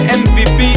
mvp